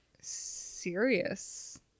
serious